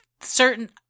certain